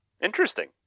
Interesting